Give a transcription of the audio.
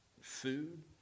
food